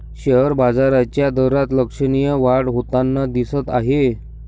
share बाजाराच्या दरात लक्षणीय वाढ होताना दिसत आहे